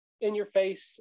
in-your-face